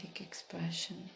expression